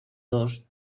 dos